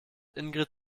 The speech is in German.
ingrid